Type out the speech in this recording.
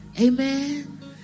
Amen